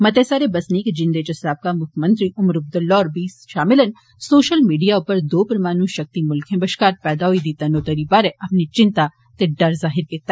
मते सारे बसनीकें जिंदे च साबका मुक्खमंत्री उमर अब्दुल्ला होर बी शामल न सोशल मीडिया उप्पर दो परमाणु शक्ति मुल्खें बश्कार पैदा होई दी तन्नोतनी बारै अपनी चिंता ते डर जाहिर कीता